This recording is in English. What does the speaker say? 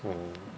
orh